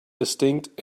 distinct